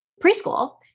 preschool